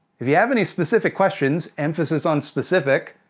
if you have any specific questions, emphasis on specific,